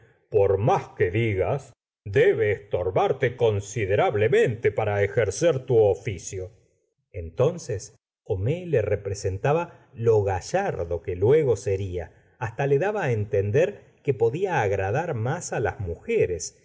por más que digas debe estorbarte considerablemente para ejercer tu oficio entonces homais le representaba lo gallardo que luego seria hasta le daba entender que podía la señora de bovary agradar más las mujeres